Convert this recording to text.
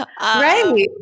Right